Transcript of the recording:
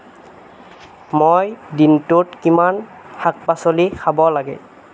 মই দিনটোত কিমান শাক পাচলি খাব লাগে